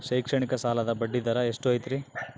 ಶೈಕ್ಷಣಿಕ ಸಾಲದ ಬಡ್ಡಿ ದರ ಎಷ್ಟು ಐತ್ರಿ?